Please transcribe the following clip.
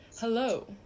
Hello